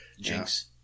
Jinx